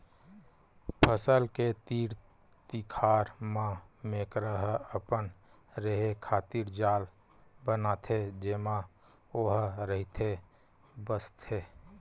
फसल के तीर तिखार म मेकरा ह अपन रेहे खातिर जाल बनाथे जेमा ओहा रहिथे बसथे